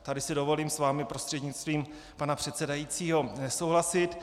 Tady si dovolím s vámi prostřednictvím pana předsedajícího nesouhlasit.